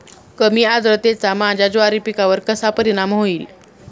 कमी आर्द्रतेचा माझ्या ज्वारी पिकावर कसा परिणाम होईल?